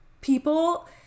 people